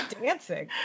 dancing